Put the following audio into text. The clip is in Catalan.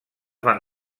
van